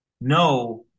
No